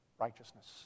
righteousness